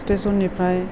स्टेसननिफ्राय